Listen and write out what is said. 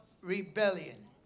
rebellion